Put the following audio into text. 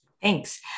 Thanks